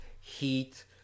heat